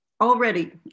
Already